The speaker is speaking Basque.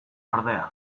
ordea